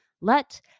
Let